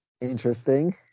interesting